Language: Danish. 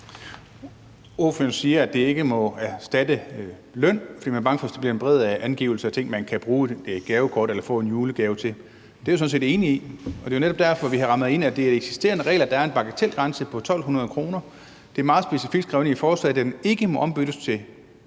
Ordføreren siger, at det ikke må erstatte løn, for man er bange for, at det bliver en bredere angivelse af ting, man kan bruge et gavekort til eller få en julegave til. Det er jeg sådan set enig i, og det er jo netop derfor, at vi har rammet ind, at det er de eksisterende regler. Der er en bagatelgrænse på 1.200 kr. Det er meget specifikt skrevet ind i forslaget, at det ikke må ombyttes til